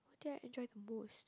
that I enjoy the most